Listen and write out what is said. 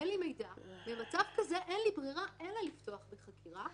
אין לי בריה אלא לפתוח בחקירה,